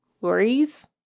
worries